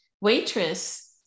waitress